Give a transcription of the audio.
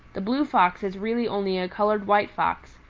the blue fox is really only a colored white fox,